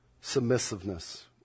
submissiveness